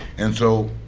and so